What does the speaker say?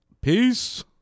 peace